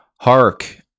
Hark